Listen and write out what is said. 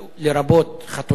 לרבות חתונות.